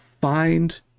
find